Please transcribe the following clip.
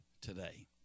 today